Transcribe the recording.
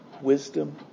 wisdom